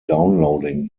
downloading